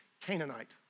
Canaanite